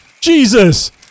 Jesus